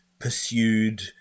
pursued